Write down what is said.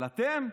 אבל אתם?